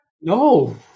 No